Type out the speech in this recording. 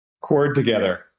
Cord-together